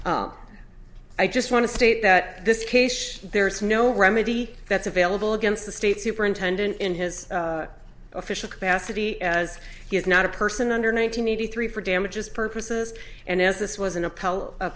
i just want to state that this case there is no remedy that's available against the state superintendent in his official capacity as he is not a person under nine hundred eighty three for damages purposes and as this was